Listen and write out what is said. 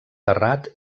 terrat